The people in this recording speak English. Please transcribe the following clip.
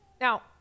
Now